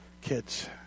Kids